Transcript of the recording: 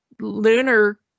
lunar